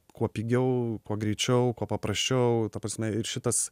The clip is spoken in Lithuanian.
kuo pigiau kuo greičiau kuo paprasčiau ta prasme ir šitas